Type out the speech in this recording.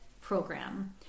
program